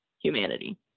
humanity